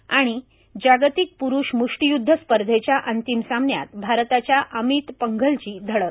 आणि जागतिक प्रूष म्ष्ठीय्दध स्पर्धेच्या अंतिम सामन्यात भारताच्या अमित पंघलची धडक